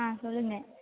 ஆ சொல்லுங்க